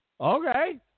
Okay